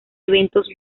eventos